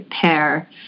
pair